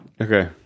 Okay